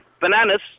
Bananas